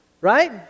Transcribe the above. right